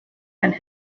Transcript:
and